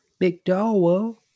McDowell